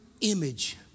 image